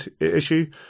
issue